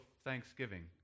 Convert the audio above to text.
thanksgiving